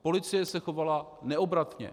Policie se chovala neobratně.